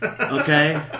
Okay